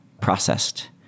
processed